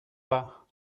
pas